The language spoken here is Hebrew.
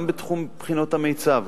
גם בתחום בחינות המיצ"ב,